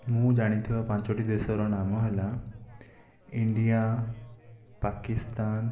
ମୁଁ ଜାଣିଥିବା ପାଞ୍ଚୋଟି ଦେଶର ନାମ ହେଲା ଇଣ୍ଡିଆ ପାକିସ୍ତାନ